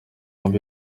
bombi